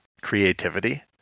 creativity